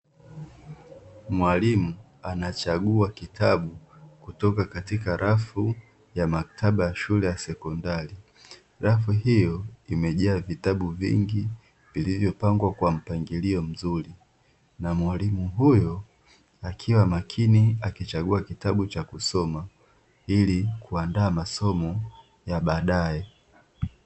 Mwalimu anachagua kitabu kutoka katika rafu ya makataba ya shule ya sekondari. Rafu hiyo imejaa vitabu vingi, vilivyopangwa kwa mpangilio mzuri na mwalimu huyo akiwa makini akichagua kitabu cha kusoma, ili kuandaa masomo ya baadaye.